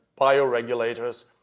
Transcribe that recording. bioregulators